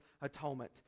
atonement